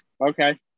okay